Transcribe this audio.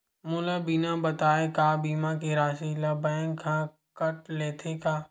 मोला बिना बताय का बीमा के राशि ला बैंक हा कत लेते का?